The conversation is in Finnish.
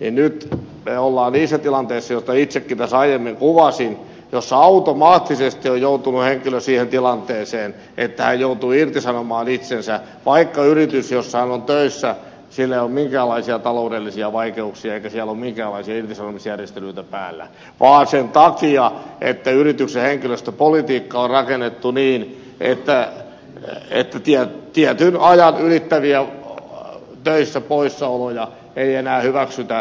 niin nyt me olemme niissä tilanteissa joita itsekin tässä aiemmin kuvasin joissa automaattisesti on joutunut henkilö siihen tilanteeseen että hän joutuu irtisanomaan itsensä vaikka yrityksellä jossa hän on töissä ei ole minkäänlaisia taloudellisia vaikeuksia eikä siellä ole minkäänlaisia irtisanomisjärjestelyitä päällä mutta yrityksessä henkilöstöpolitiikka on rakennettu niin että tietyn ajan ylittäviä poissaoloja töistä ei enää hyväksytä